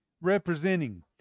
representing